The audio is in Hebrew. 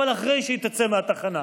אבל אחרי שהיא תצא מהתחנה,